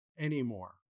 anymore